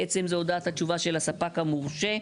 בעצם זה הודעת התשובה של הספק המורשה.